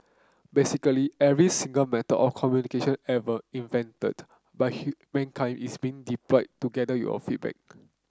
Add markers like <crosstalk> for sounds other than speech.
basically every single method of communication ever invented by <unintelligible> mankind is being deployed to gather your feedback